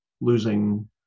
losing